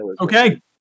Okay